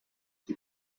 die